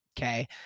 Okay